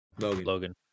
Logan